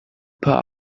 paar